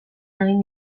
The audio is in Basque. egin